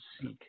seek